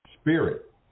spirit